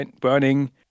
burning